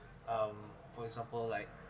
um for example like